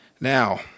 Now